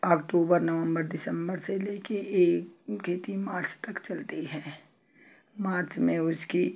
अक्टूबर नवंबर दिसंबर से ले कर एक खेती मार्च तक चलती है मार्च में उसकी